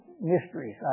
mysteries